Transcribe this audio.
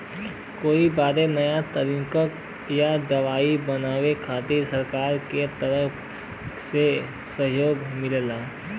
कई बार नया तकनीक या दवाई बनावे खातिर सरकार के तरफ से सहयोग मिलला